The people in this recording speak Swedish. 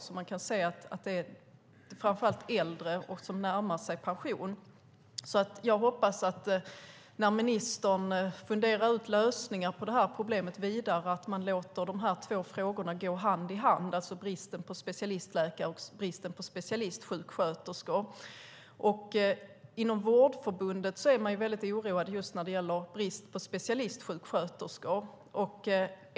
De som finns är framför allt äldre som närmar sig pensionen. Jag hoppas att ministern, när han funderar vidare på lösningar på det här problemet, låter de här två frågorna gå hand i hand, det vill säga bristen på specialistläkare och bristen på specialistsjuksköterskor. Inom Vårdförbundet är de mycket oroade för bristen på specialistsjuksköterskor.